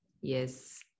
yes